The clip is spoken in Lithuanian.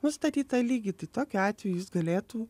nustatytą lygį tai tokiu atveju jis galėtų